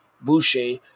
Boucher